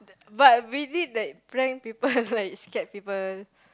but we did like prank people like scared people